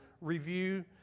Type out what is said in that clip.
review